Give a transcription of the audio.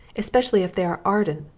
especially if they are ardent,